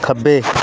ਖੱਬੇ